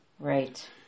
Right